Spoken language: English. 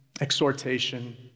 exhortation